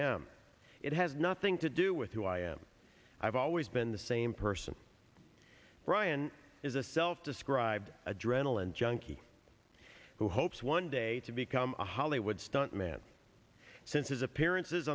am it has nothing to do with who i am i've always been the same person bryan is a self described adrenaline junkie who hopes one day to become a hollywood stunt man since his appearances